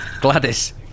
Gladys